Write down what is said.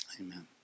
Amen